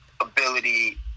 ability